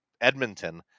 Edmonton